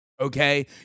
Okay